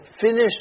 finish